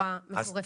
בצורה מטורפת.